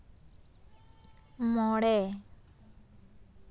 ᱢᱚᱬᱮ